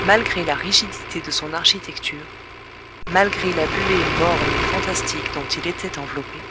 malgré la rigidité de son architecture malgré la buée morne et fantastique dont il était enveloppé